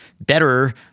better